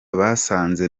basanze